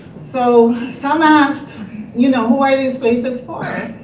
so some asked you know who are these places for?